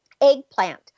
Eggplant